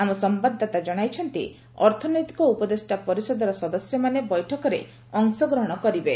ଆମ ସମ୍ଭାଦଦାତା ଜଣାଇଛନ୍ତି ଅର୍ଥନୈତିକ ଉପଦେଷ୍ଟା ପରିଷଦର ସଦସ୍ୟମାନେ ବୈଠକରେ ଅଂଶଗ୍ରହଣ କରିବେ